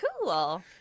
cool